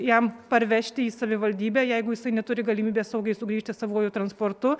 jam parvežti į savivaldybę jeigu jisai neturi galimybės saugiai sugrįžti savuoju transportu